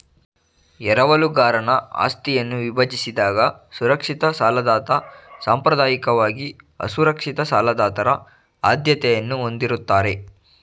ಎರವಲುಗಾರನ ಆಸ್ತಿಯನ್ನ ವಿಭಜಿಸಿದಾಗ ಸುರಕ್ಷಿತ ಸಾಲದಾತ ಸಾಂಪ್ರದಾಯಿಕವಾಗಿ ಅಸುರಕ್ಷಿತ ಸಾಲದಾತರ ಆದ್ಯತೆಯನ್ನ ಹೊಂದಿರುತ್ತಾರೆ